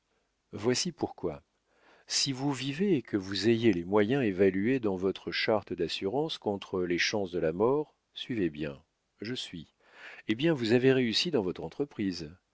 voici pourquoi si vous vivez et que vous ayez les moyens évalués dans votre charte d'assurance contre les chances de la mort suivez bien je suis eh bien vous avez réussi dans vos entreprises